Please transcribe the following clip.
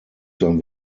sein